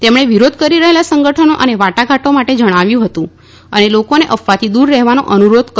તેમણે વિરોધ કરી રહેલાં સંગઠનો સાથે વાટાઘાટો માટે જણાવ્યું હતું અને લોકોને અફવાથી દ્વર રહેવા અનુરોધ કર્યો હતો